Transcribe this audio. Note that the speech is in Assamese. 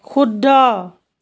শুদ্ধ